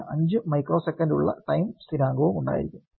ഇതിന് 5 മൈക്രോ സെക്കന്റുള്ള ടൈം സ്ഥിരാങ്കവും ഉണ്ടായിരിക്കും